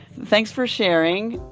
thanks for sharing